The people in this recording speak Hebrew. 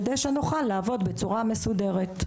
כדי שנוכל לעבוד בצורה מסודרת.